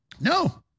No